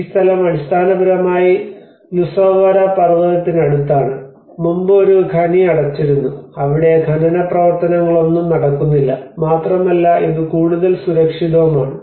ഈ സ്ഥലം അടിസ്ഥാനപരമായി ലുസോവാര പർവതത്തിനടുത്താണ് മുമ്പ് ഒരു ഖനി അടച്ചിരുന്നു അവിടെ ഖനന പ്രവർത്തനങ്ങളൊന്നും നടക്കുന്നില്ല മാത്രമല്ല ഇത് കൂടുതൽ സുരക്ഷിതവുമാണ്